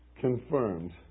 confirmed